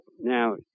Now